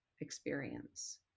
experience